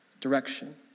direction